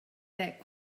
that